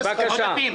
עודפים.